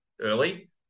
early